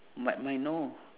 but mine no